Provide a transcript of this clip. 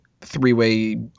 three-way